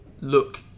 look